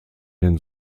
den